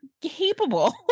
capable